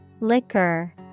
Liquor